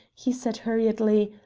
he said hurriedly,